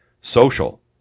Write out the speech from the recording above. Social